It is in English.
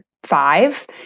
five